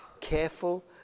careful